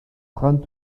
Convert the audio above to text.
trente